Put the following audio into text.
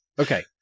Okay